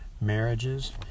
marriages